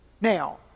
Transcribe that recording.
Now